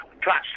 trust